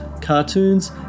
cartoons